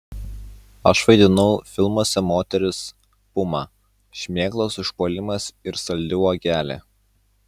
aš vaidinau filmuose moteris puma šmėklos užpuolimas ir saldi uogelė